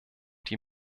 die